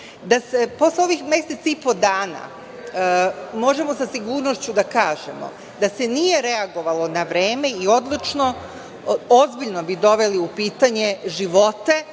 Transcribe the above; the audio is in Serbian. svet. Posle ovih mesec i po dana, možemo sa sigurnošću da kažemo da se nije reagovalo na vreme i odlučno, ozbiljno bi doveli u pitanje živote